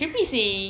creepy seh